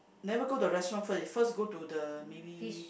never go to the restaurant first first go to the maybe